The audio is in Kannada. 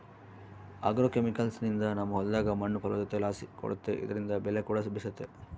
ಆಗ್ರೋಕೆಮಿಕಲ್ಸ್ನಿಂದ ನಮ್ಮ ಹೊಲದಾಗ ಮಣ್ಣು ಫಲವತ್ತತೆಲಾಸಿ ಕೂಡೆತೆ ಇದ್ರಿಂದ ಬೆಲೆಕೂಡ ಬೇಸೆತೆ